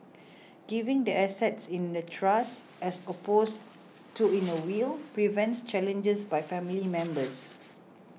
giving the assets in a trust as opposed to in a will prevents challenges by family members